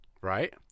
right